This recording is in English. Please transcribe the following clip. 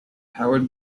howard